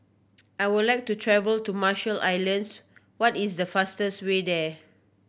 I would like to travel to Marshall Islands what is the fastest way there